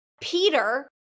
Peter